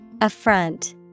Affront